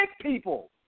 people